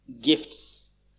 gifts